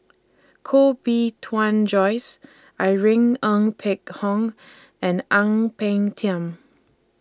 Koh Bee Tuan Joyce Irene Ng Phek Hoong and Ang Peng Tiam